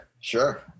sure